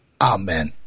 Amen